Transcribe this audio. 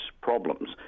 problems